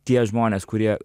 tie žmonės kurie